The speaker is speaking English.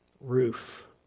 roof